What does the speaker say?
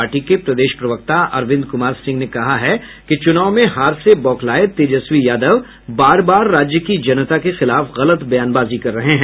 party के प्रदेश प्रवक्ता अरविंद कुमार सिंह ने कहा है कि चुनाव में हार से बौखलाये तेजस्वी यादव बार बार राज्य की जनता के खिलाफ गलत बयानबाजी कर रहे हैं